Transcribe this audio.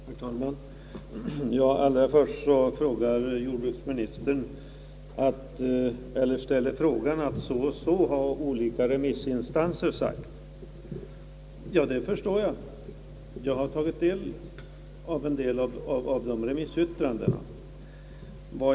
Herr talman! Allra först nämnde jordbruksministern att olika remissinstanser sagt så och så. Det förstår jag. Jag har tagit del av dessa remissyttranden.